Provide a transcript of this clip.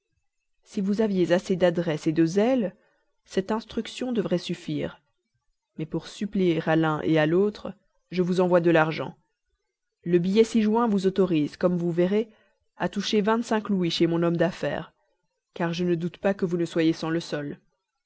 si vous aviez assez d'adresse de zèle cette instruction devrait suffire mais pour suppléer à l'un à l'autre je vous envoie de l'argent le billet ci-joint vous autorise comme vous verrez à toucher vingt-cinq louis chez mon homme d'affaires car je ne doute pas que vous ne soyez sans le sol